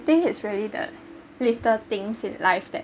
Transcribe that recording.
I think it's really the little things in life that